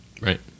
Right